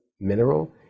mineral